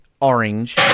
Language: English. orange